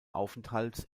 aufenthalts